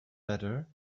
better